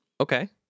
Okay